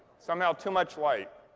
somehow too much light.